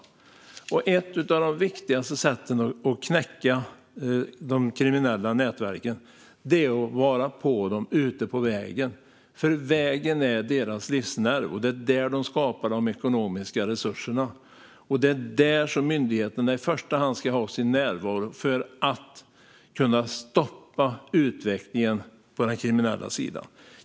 Ett av de viktigaste sätten att knäcka de kriminella nätverken är att vara på dem ute på vägen. Vägen är deras livsnerv; det är där de skapar de ekonomiska resurserna, och det är alltså i första hand där myndigheterna ska ha sin närvaro för att kunna stoppa utvecklingen på den kriminella sidan.